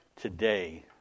Today